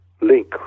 link